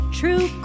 true